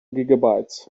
gigabytes